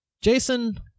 Jason